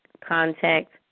contact